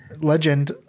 legend